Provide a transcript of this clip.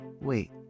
Wait